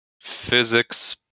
physics